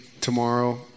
tomorrow